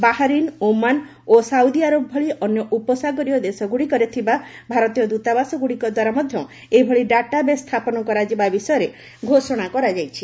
Bahrain Oman ଓ ସାଉଦୀଆରବ ଭଳି ଅନ୍ୟ ଉପସାଗରୀୟ ଦେଶଗୁଡ଼ିକରେ ଥିବା ଭାରତୀୟ ଦ୍ରତାବାସ ଗୁଡ଼ିକ ଦ୍ୱାରା ମଧ୍ୟ ଏଭଳି ଡାଟାବେସ୍ ସ୍ଥାପନ କରାଯିବା ବିଷୟରେ ଘୋଷଣା କରାଯାଇଛି